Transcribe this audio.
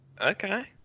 Okay